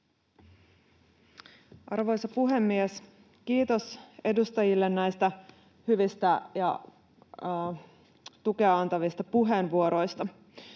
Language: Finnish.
Arvoisa puhemies! Kiitos edustajille näistä hyvistä ja tukea antavista puheenvuoroista.